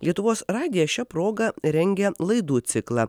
lietuvos radijas šia proga rengia laidų ciklą